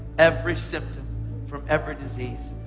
every symptom from every disease,